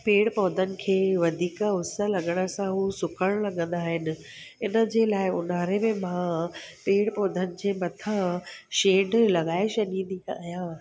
पेड़ पौधनि खे वधीक उस लॻण सां उहो सुकण लॻंदा आहिनि इनजे लाइ ऊन्हारे में मां पेड़ पौधनि जे मथां शेड लॻाए छॾींदी अहियां